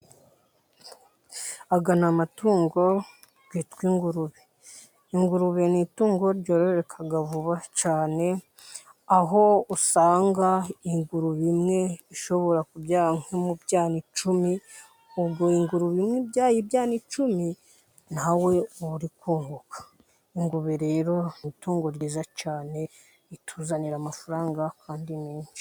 Aya ni amatungo yitwa ingurube, ingurube ni itungo ryororoka vuba cyane aho usanga ingurube imwe ishobora kubyara nko mu byana icumi, ubwo ingurube imwe ibyaye ibyana icumi nawe uba uri kunguka. Ingurube rero ni itungo ryiza cyane rituzanira amafaranga kandi menshi.